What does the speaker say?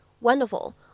wonderful